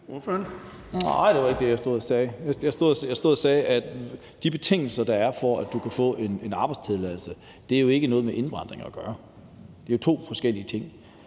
Nej, det var ikke det, jeg stod og sagde. Jeg stod og sagde, at de betingelser, der er, for, at du kan få en arbejdstilladelse, ikke har noget med indvandring at gøre. Det er jo to forskellige ting.